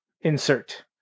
insert